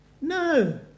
No